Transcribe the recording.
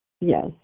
Yes